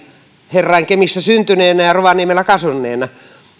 herrain kemissä syntyneenä ja rovaniemellä kasvaneena